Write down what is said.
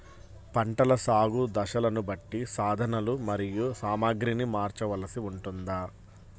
పంటల సాగు దశలను బట్టి సాధనలు మరియు సామాగ్రిని మార్చవలసి ఉంటుందా?